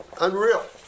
unreal